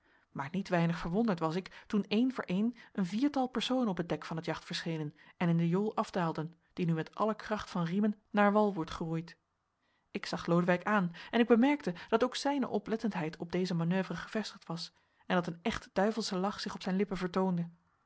maar niet weinig verwonderd was ik toen één voor één een viertal personen op het dek van het jacht verschenen en in de jol afdaalden die nu met alle kracht van riemen naar wal word geroeid ik zag lodewijk aan en ik bemerkte dat ook zijne oplettendheid op deze manoeuvre gevestigd was en dat een echt duivelsche lach zich op zijn lippen vertoonde